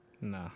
Nah